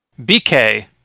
BK